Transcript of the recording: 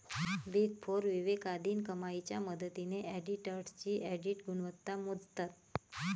big four विवेकाधीन कमाईच्या मदतीने ऑडिटर्सची ऑडिट गुणवत्ता मोजतात